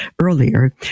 earlier